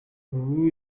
ubu